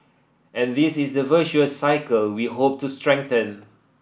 and this is the virtuous cycle we hope to strengthen